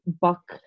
Buck